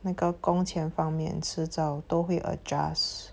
那个工钱方面迟早都会 adjust